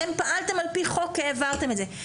אתם פעלתם על פי חוק, העברתם את זה.